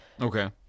Okay